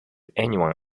anyone